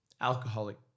Alcoholic